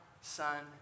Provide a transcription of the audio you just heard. Son